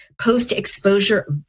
post-exposure